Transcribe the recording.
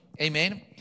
Amen